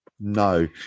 No